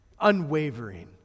unwavering